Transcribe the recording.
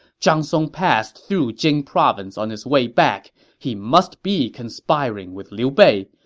zhang song passed through jing province on his way back he must be conspiring with liu bei.